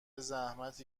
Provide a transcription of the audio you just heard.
زحمتی